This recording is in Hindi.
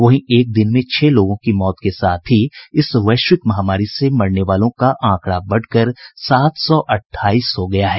वहीं एक दिन में छह लोगों की मौत के साथ ही इस वैश्विक महामारी से मरने वालों का आंकड़ा बढ़कर सात सौ अठाईस हो गया है